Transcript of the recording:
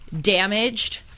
damaged